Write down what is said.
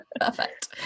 Perfect